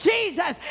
Jesus